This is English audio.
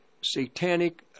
satanic